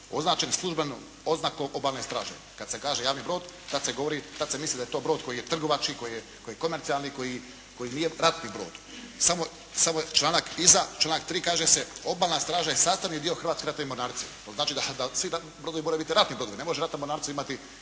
označen službenom oznakom Obalne straže.“ Kad se kaže javni brod tad se govori, tad se misli da je to brod koji je trgovački, koji je komercijalni i koji nije ratni brod. Samo članak iza, članak 3. kaže se: “Obalna straža je sastavni dio Hrvatske ratne mornarice.“ To znači, da svi brodovi moraju biti ratni brodovi. Ne može Ratna mornarica imati